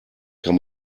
kann